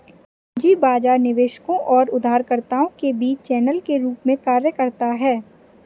पूंजी बाजार निवेशकों और उधारकर्ताओं के बीच चैनल के रूप में कार्य करता है